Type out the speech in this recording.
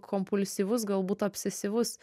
kompulsyvus galbūt obsesyvus